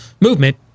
movement